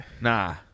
Nah